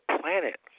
planet